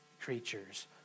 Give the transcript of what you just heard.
creatures